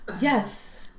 Yes